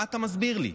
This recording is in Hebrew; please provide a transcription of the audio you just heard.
מה אתה מסביר לי?